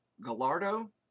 Gallardo